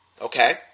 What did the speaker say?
Okay